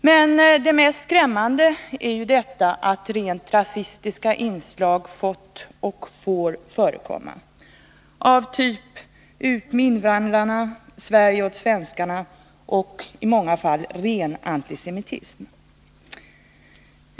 Men det mest skrämmande är att rent rasistiska inslag, av typ ”Ut med invandrarna” och ”Sverige åt svenskarna” och i många fall ren antisemitism, fått och får förekomma.